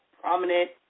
prominent